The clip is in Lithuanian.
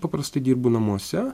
paprastai dirbu namuose